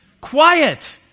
quiet